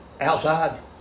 outside